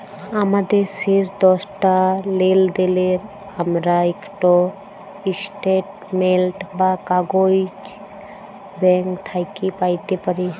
আমাদের শেষ দশটা লেলদেলের আমরা ইকট ইস্ট্যাটমেল্ট বা কাগইজ ব্যাংক থ্যাইকে প্যাইতে পারি